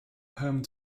home